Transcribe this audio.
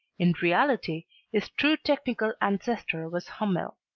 in reality his true technical ancestor was hummel.